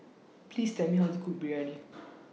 Please Tell Me How to Cook Biryani